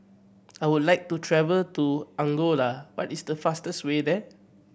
I would like to travel to Angola what is the fastest way there